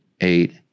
eight